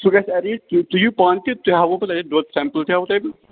سُہ گژھِ اٮ۪رینٛج تُہۍ تُہۍ یِیِو پانہٕ تہِ تۄہہِ ہاوَو بہٕ تَتٮ۪تھ دۄد سٮ۪مپٕل تہِ ہاوَو تۄہہِ بہٕ